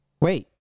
Wait